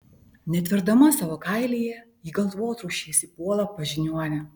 netverdama savo kailyje ji galvotrūkčiais įpuola pas žiniuonę